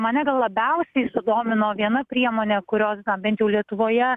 mane gal labiausiai sudomino viena priemonė kurios bent jau lietuvoje